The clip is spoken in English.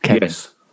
Yes